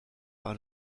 par